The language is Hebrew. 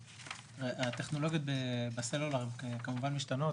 הטכנולוגיות בסלולר הן כמובן משתנות,